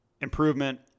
improvement